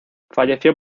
falleció